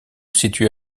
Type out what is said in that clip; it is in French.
située